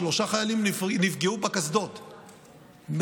שלושה חיילים נפגעו בקסדות,